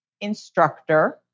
instructor